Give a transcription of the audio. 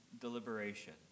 deliberation